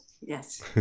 Yes